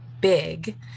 big